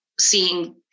seeing